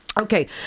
Okay